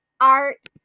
Art